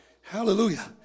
Hallelujah